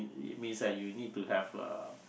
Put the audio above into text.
means that you need to have uh